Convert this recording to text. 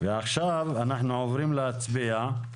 ועכשיו אנחנו עוברים להשפיע.